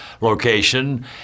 location